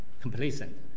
complacent